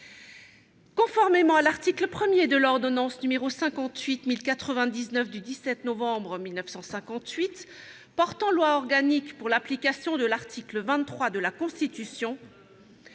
Conformément à l'article 1de l'ordonnance n° 58-1099 du 17 novembre 1958 portant loi organique pour l'application de l'article 23 de la Constitution,